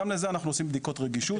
גם לזה אנחנו עושים בדיקות רגישות.